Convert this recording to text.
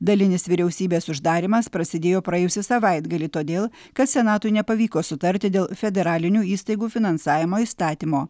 dalinis vyriausybės uždarymas prasidėjo praėjusį savaitgalį todėl kad senatui nepavyko sutarti dėl federalinių įstaigų finansavimo įstatymo